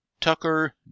tucker